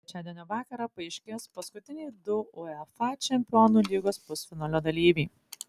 trečiadienio vakarą paaiškės paskutiniai du uefa čempionų lygos pusfinalio dalyviai